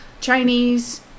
Chinese